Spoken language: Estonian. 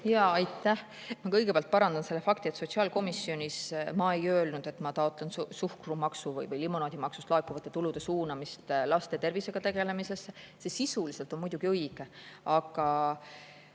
Aitäh! Kõigepealt parandan selle fakti: sotsiaalkomisjonis ma ei öelnud, et ma taotlen suhkrumaksust või limonaadimaksust laekuvate tulude suunamist laste tervisega tegelemisse. See sisuliselt on muidugi õige, aga